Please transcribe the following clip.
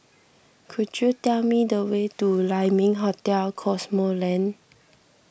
could you tell me the way to Lai Ming Hotel Cosmoland